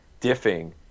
diffing